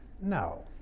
No